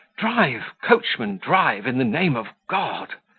drive, coachman, drive, in the name of god!